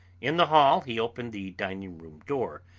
in the hall he opened the dining-room door,